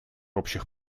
общих